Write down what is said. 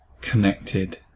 connected